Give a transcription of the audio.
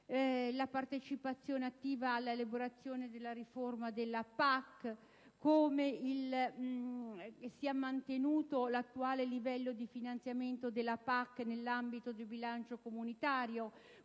la partecipazione attiva all'elaborazione della riforma della PAC, il mantenimento dell'attuale livello di finanziamento della PAC nell'ambito del bilancio comunitario,